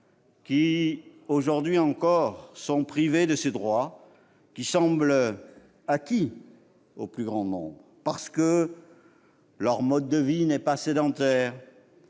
qui, aujourd'hui encore, sont privés de ces droits qui semblent acquis au plus grand nombre, parce que leur mode de vie n'est pas sédentaire,